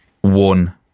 one